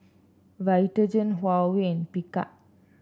Vitagen Huawei and Picard